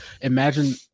imagine